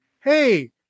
hey